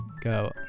go